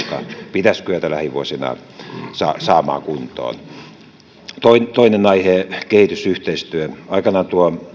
pitäisi kyetä lähivuosina saamaan kuntoon toinen toinen aihe kehitysyhteistyö aikanaan